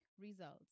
results